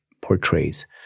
portrays